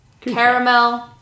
Caramel